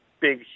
big